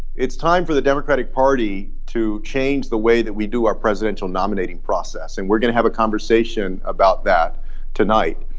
it's time for the democratic party to change the way that we do our presidential nominating process. and we're going to have a conversation about that tonight.